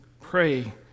pray